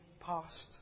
past